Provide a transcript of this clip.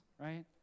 right